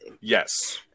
yes